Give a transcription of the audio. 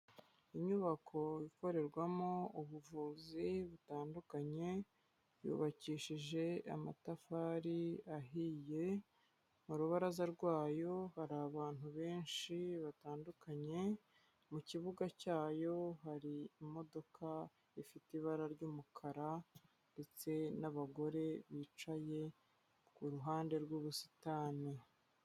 Inyubako ikorerwamo ubuvuzi butandukanye, yubakishije amatafari ahiye, mu rubaraza rwayo hari abantu benshi batandukanye, mu kibuga cyayo hari imodoka ifite ibara ry'umukara ndetse n'abagore bicaye ku ruhande rw'ubusitani.